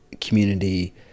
community